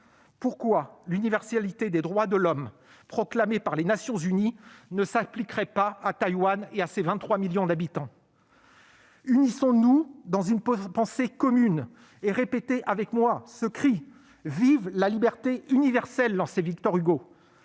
pourquoi l'universalité des droits de l'homme proclamée par les Nations unies ne s'appliquerait pas à Taïwan et à ses 23 millions d'habitants ?« Unissons-nous dans une pensée commune, et répétez avec moi ce cri : Vive la liberté universelle !», lançait Victor Hugo.